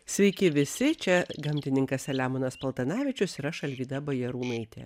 sveiki visi čia gamtininkas selemonas paltanavičius ir aš alvyda bajarūnaitė